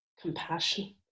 Compassion